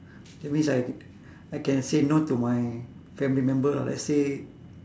that means I I can say no to my family member uh let's say